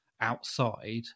outside